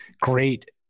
great